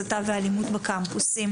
הסתה ואלימות בקמפוסים,